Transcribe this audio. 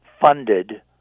funded